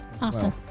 Awesome